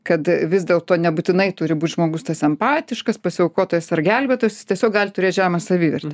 kad vis dėlto nebūtinai turi būt žmogus tas empatiškas pasiaukotojas ar gelbėtojas jis tiesiog gali turėt žemą savivertę